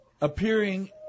appearing